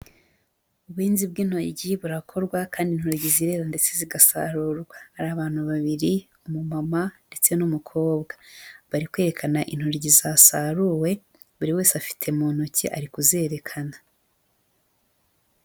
Ubuhinzi bw'intoyi burakorwa kandi intoryi zirerz ndetse zigasarurwa. Hari abantu babiri umumama ndetse n'umukobwa, bari kwerekana intoryi zasaruwe buri wese afite mu ntoki ari kuzerekana.